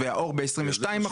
וסרטן העור ב- 22%,